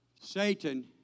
Satan